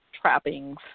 trappings